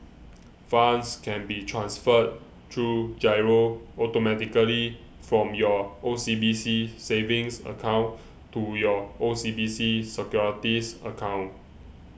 funds can be transferred through Giro automatically from your O C B C savings account to your O C B C securities account